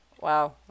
Wow